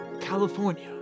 California